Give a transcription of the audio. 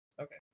Okay